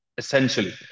essentially